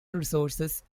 resources